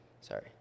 Sorry